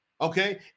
okay